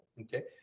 okay